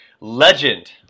legend